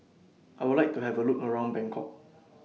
I Would like to Have A Look around Bangkok